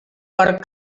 per